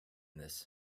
this